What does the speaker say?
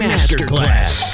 Masterclass